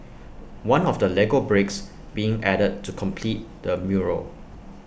one of the Lego bricks being added to complete the mural